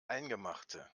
eingemachte